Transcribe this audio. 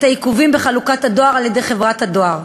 העיכובים בחלוקת הדואר על-ידי חברת הדואר.